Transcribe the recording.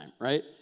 right